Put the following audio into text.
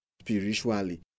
spiritually